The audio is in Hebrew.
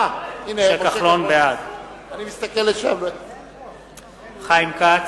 בעד חיים כץ,